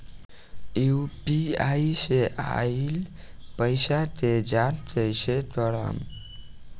UPI से आइल पईसा के जाँच कइसे करब?